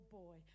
boy